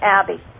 Abby